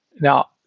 Now